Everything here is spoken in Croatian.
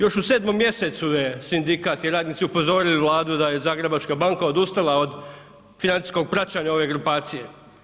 Još u 7. mjesecu je sindikat i radnici upozorili Vladu da je Zagrebačka banka odustala od financijskog praćenja ove grupacije.